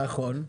נכון,